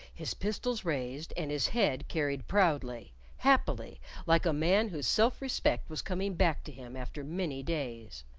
his pistols raised, and his head carried proudly happily like a man whose self-respect was coming back to him after many days.